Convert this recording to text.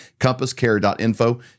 CompassCare.info